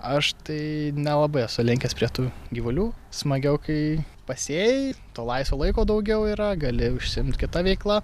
aš tai nelabai esu linkęs prie tų gyvulių smagiau kai pasėjai to laisvo laiko daugiau yra gali užsiimt kita veikla